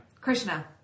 Krishna